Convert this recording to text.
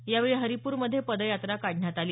यावेळी हरिपूरमध्ये पदयात्रा काढण्यात आली